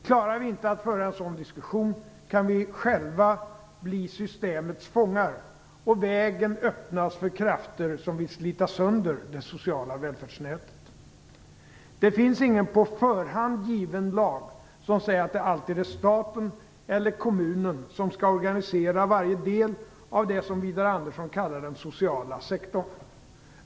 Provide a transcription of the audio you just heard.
Klarar vi inte att föra en sådan diskussion kan vi själva bli systemets fångar och vägen öppnas för krafter som vill slita sönder det sociala välfärdsnätet. Det finns ingen på förhand given lag som säger att det alltid är staten eller kommunen som skall organisera varje del av det som Widar Andersson kallar den "sociala sektorn".